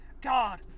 God